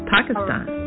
Pakistan